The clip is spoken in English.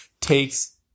takes